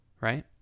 Right